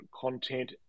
content